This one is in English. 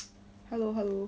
hello hello